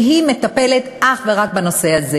שמטפלת אך ורק בנושא הזה,